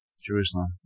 Jerusalem